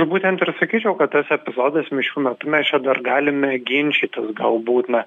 būtent ir sakyčiau kad tas epizodas mišių metu čia dar galime ginčytis galbūt na